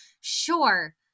sure